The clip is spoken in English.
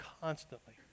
constantly